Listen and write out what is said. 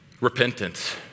repentance